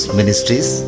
Ministries